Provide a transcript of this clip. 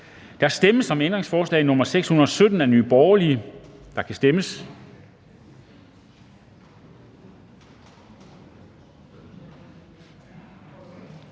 Der stemmes om ændringsforslag nr. 618 af NB, og der